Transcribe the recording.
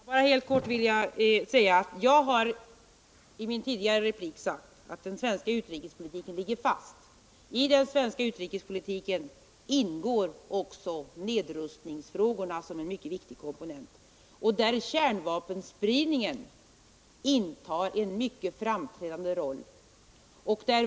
Herr talman! Bara helt kort vill jag säga att jag i min tidigare replik har framhållit att den svenska utrikespolitiken ligger fast. I den svenska utrikespolitiken ingår nedrustningsfrågorna som en mycket viktig komponent, där stopp för kärnvapenspridning spelar en mycket framträdande roll.